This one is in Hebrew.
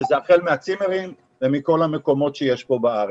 שזה החל מהצימרים ומכל המקומות שיש פה בארץ.